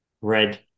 red